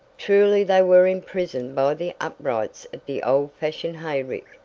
truly they were imprisoned by the uprights of the old-fashioned hayrick!